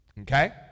Okay